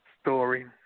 story